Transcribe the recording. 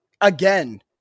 again